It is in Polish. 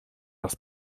raz